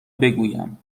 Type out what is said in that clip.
بگویم